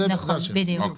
נכון, בדיוק.